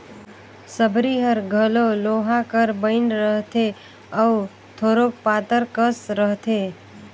सबरी हर घलो लोहा कर बइन रहथे अउ थोरोक पातर कस रहथे